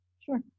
Sure